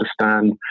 understand